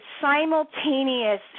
simultaneous